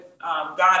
God